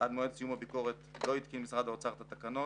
עד מועד סיום הביקורת לא התקין משרד האוצר את התקנות,